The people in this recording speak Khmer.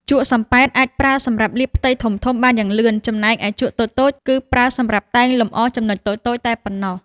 ជក់សំប៉ែតអាចប្រើសម្រាប់លាបផ្ទៃធំៗបានយ៉ាងលឿន ចំណែកឯជក់តូចៗគឺប្រើសម្រាប់តែងលម្អចំណុចតូចៗតែប៉ុណ្ណោះ។